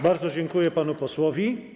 Bardzo dziękuję panu posłowi.